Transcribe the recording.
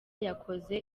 yakoze